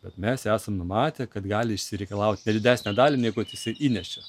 bet mes esam numatę kad gali išsireikalaut ne didesnę dalį negu kad jisai įnešė